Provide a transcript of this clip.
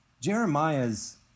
Jeremiah's